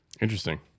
Interesting